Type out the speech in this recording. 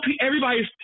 everybody's